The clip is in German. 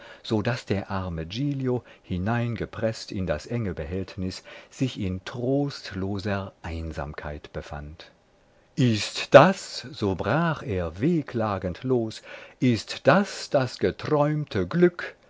so daß der arme giglio hineingepreßt in das enge behältnis sich in trostloser einsamkeit befand ist das so brach er wehklagend los ist das das geträumte glück